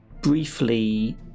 briefly